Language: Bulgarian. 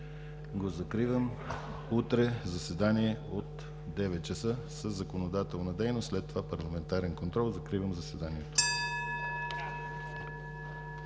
го закривам. Утре – заседание от 9,00 ч. със законодателна дейност, след това парламентарен контрол. Закривам заседанието.